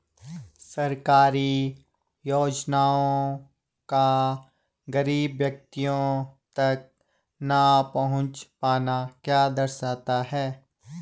सरकारी योजनाओं का गरीब व्यक्तियों तक न पहुँच पाना क्या दर्शाता है?